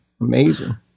amazing